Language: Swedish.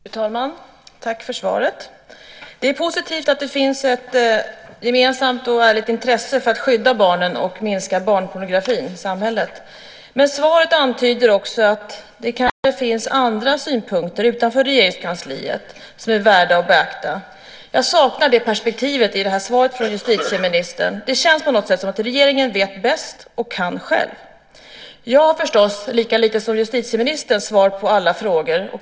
Fru talman! Tack för svaret! Det är positivt att det finns ett gemensamt och ärligt intresse för att skydda barnen och minska barnpornografin i samhället. Men svaret antyder också att det kanske finns andra synpunkter utanför Regeringskansliet som är värda att beakta. Jag saknar det perspektivet i detta svar från justitieministern. Det känns på något sätt som att regeringen vet bäst och kan själv. Jag har förstås, lika lite som justitieministern, svar på alla frågor.